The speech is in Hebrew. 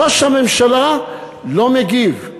ראש הממשלה לא מגיב.